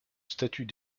statut